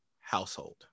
household